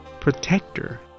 protector